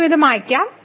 ആദ്യം ഇത് മായ്ക്കാം